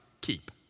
keep